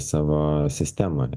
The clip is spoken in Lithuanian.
savo sistemoje